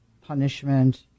punishment